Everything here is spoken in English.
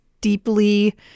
deeply